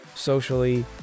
socially